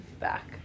back